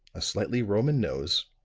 a slightly roman nose,